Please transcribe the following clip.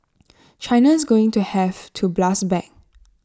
China is going to have to blast back